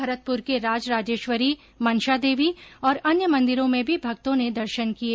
भरतपुर के राज राजेश्वरी मंशा देवी और अन्य मंदिरों में भी भक्तों ने दर्शन किए